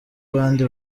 abandi